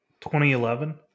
2011